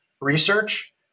research